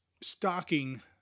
stocking